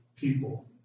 people